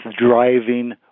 driving